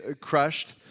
crushed